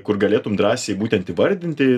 kur galėtum drąsiai būtent įvardinti